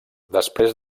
després